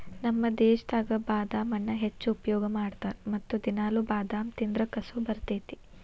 ನಮ್ಮ ದೇಶದಾಗ ಬಾದಾಮನ್ನಾ ಹೆಚ್ಚು ಉಪಯೋಗ ಮಾಡತಾರ ಮತ್ತ ದಿನಾಲು ಬಾದಾಮ ತಿಂದ್ರ ಕಸು ಬರ್ತೈತಿ